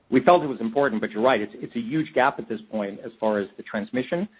we felt it was important, but you're right. it's it's a huge gap at this point, as far as the transmission.